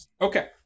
okay